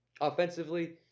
offensively